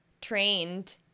trained